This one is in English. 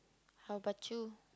how about you